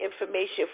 Information